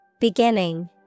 Beginning